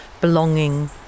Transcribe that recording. belonging